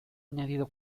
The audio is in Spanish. añadido